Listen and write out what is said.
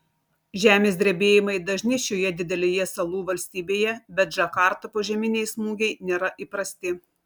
žemės drebėjimai dažni šioje didelėje salų valstybėje bet džakartą požeminiai smūgiai nėra įprasti